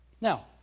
Now